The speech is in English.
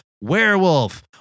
werewolf